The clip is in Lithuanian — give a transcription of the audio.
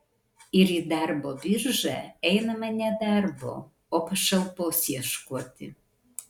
ir į darbo biržą einama ne darbo o pašalpos ieškoti